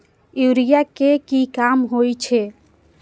Urea के की काम होई छै?